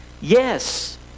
Yes